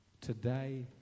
today